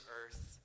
earth